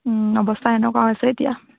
অৱস্থা এনেকুৱা হৈছে এতিয়া